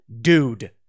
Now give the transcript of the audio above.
Dude